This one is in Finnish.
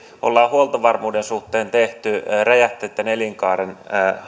ollaan huoltovarmuuden suhteen tehty erityisesti räjähteitten elinkaaren